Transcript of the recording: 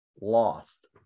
lost